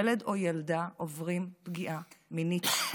ילד או ילדה עוברים פגיעה מינית.